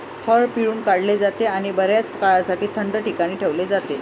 फळ पिळून काढले जाते आणि बर्याच काळासाठी थंड ठिकाणी ठेवले जाते